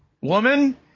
woman